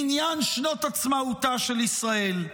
מניין שנות עצמאותה של ישראל.